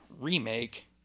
remake